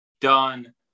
done